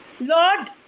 Lord